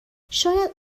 شاید